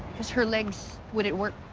because her legs wouldn't work.